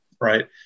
right